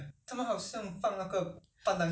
to make it more flavourful